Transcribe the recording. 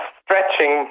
stretching